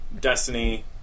Destiny